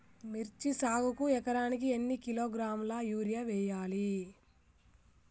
మిర్చి సాగుకు ఎకరానికి ఎన్ని కిలోగ్రాముల యూరియా వేయాలి?